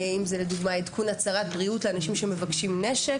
לדוגמה, עדכון הצהרת בריאות לאנשים שמבקשים נשק.